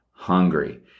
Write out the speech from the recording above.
Hungry